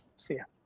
see ya.